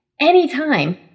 anytime